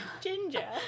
Ginger